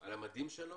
על המדים שלו,